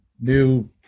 New